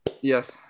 yes